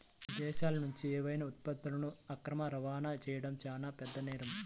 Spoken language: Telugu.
విదేశాలనుంచి ఏవైనా ఉత్పత్తులను అక్రమ రవాణా చెయ్యడం చానా పెద్ద నేరం